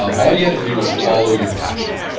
all you have to do is follow your passion.